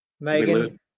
Megan